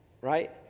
right